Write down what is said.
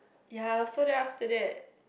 ya so then after that